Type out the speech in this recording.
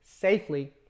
safely